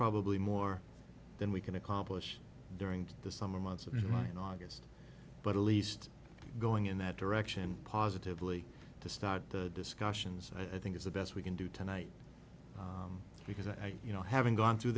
probably more than we can accomplish during the summer months of august but at least going in that direction positively to start the discussions i think is the best we can do tonight because i you know having gone through